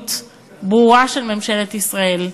מדיניות ברורה של ממשלת ישראל.